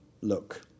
look